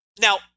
now